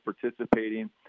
participating